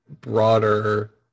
broader